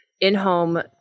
in-home